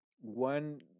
one